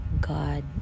God